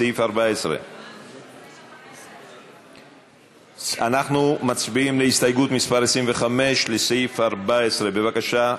סעיף 14. אנחנו מצביעים על הסתייגות מס' 25 לסעיף 14. בבקשה,